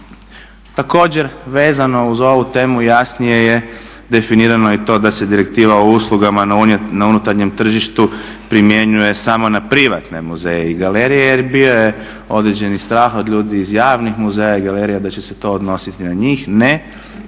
Također vezano uz ovu temu jasnije je definirano i to da se Direktiva o uslugama na unutarnjem tržištu primjenjuje samo na privatne muzeje i galerije jer bio je određeni strah od ljudi iz javnih muzeja i galerija da će se to odnositi na njih. Ne,